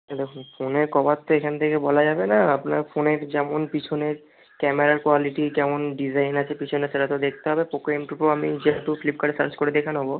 ফোনে কভার তো এখান থেকে বলা যাবে না আপনার ফোনের যেমন পিছনের ক্যামেরার কোয়ালিটি কেমন ডিজাইন আছে পিছনে সেটা তো দেখতে হবে পোকো এম টু প্রো আমি যেহেতু ফ্লিপকার্টে সার্চ করে দেখে নেবো